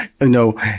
No